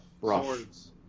swords